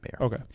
Okay